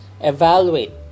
evaluate